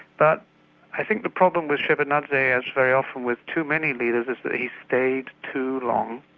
but i think the problem with shevardnadze as very often with too many leaders, is that he stayed too long.